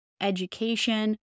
education